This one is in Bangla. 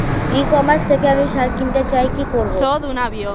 ই কমার্স থেকে আমি সার কিনতে চাই কি করব?